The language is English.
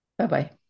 bye-bye